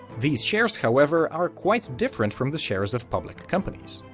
these shares, however, are quite different from the shares of public companies.